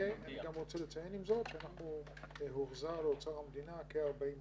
עם זאת, אני רוצה לציין שבשנה הזאת